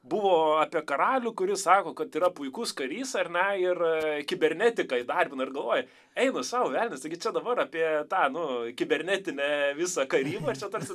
buvo apie karalių kuris sako kad yra puikus karys ar ne ir kibernetiką įdarbina ir galvoji eina sau velnias taigi dabar apie tą nu kibernetinę visą karybą ir čia tarsi